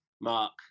mark